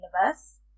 universe